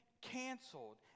canceled